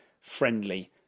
friendly